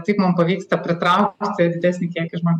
taip mum pavyksta pritraukt didesnį kiekį žmonių